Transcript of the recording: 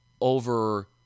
over